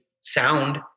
sound